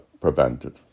prevented